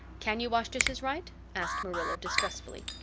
can you wash dishes right? asked marilla distrustfully.